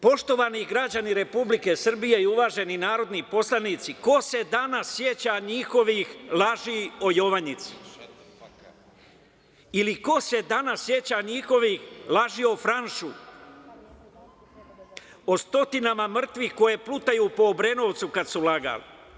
Poštovani građani Republike Srbije i uvaženi narodni poslanici, ko se danas seća njihovih laži o Jovanjici ili ko se danas seća njihovih laži o „Franšu“, o stotinama mrtvih koji plutaju po Obrenovcu, kad su lagali?